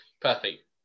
perfect